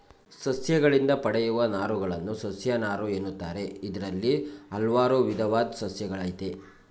ಸಸ್ಯಗಳಿಂದ ಪಡೆಯುವ ನಾರುಗಳನ್ನು ಸಸ್ಯನಾರು ಎನ್ನುತ್ತಾರೆ ಇದ್ರಲ್ಲಿ ಹಲ್ವಾರು ವಿದವಾದ್ ಸಸ್ಯಗಳಯ್ತೆ